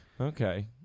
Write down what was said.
okay